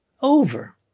over